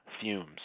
fumes